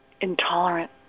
intolerant